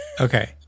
Okay